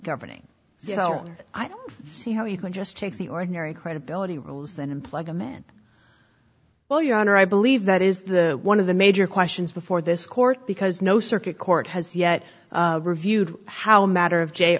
governing so i don't see how you can just take the ordinary credibility rules and unplug a man well your honor i believe that is the one of the major questions before this court because no circuit court has yet reviewed how matter of j